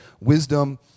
Wisdom